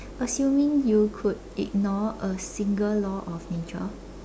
assuming you could ignore a single law of nature